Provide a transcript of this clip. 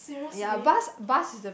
ya bus bus is a